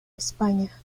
españa